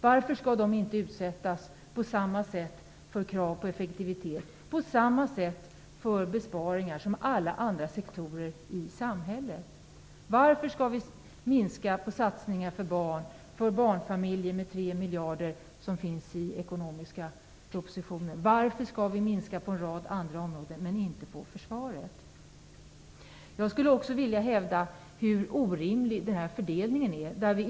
Varför skall inte försvaret utsättas för samma krav på effektivitet och besparingar som alla andra sektorer i samhället? Varför skall vi minska satsningarna på barn och barnfamiljer med 3 miljarder i enlighet med budgetpropositionen? Varför skall vi minska på en rad områden utom försvaret? Jag hävdar också att fördelningen är orimlig.